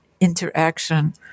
interaction